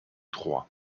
trois